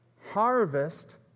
harvest